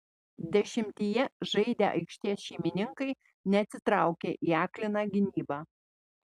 dešimtyje žaidę aikštės šeimininkai neatsitraukė į akliną gynybą